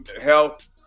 health